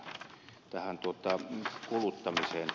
samoiten niin kuin ed